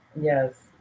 Yes